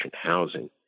housing